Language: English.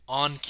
on